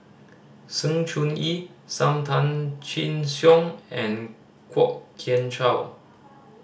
Sng Choon Yee Sam Tan Chin Siong and Kwok Kian Chow